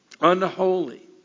unholy